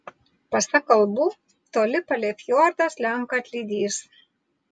pasak kalbų toli palei fjordą slenka atlydys